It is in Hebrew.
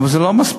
אבל זה לא מספיק.